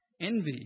envy